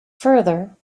further